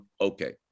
Okay